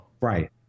Right